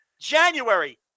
January